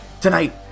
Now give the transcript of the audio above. Tonight